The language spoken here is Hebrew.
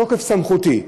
בתוקף סמכותי,